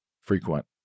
frequent